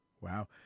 Wow